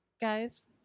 Guys